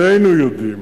שנינו יודעים